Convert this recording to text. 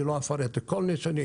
אני לא אפרט את כל ניסיוני,